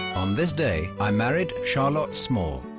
on this day i married charlotte small.